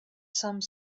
some